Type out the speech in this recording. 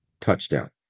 touchdown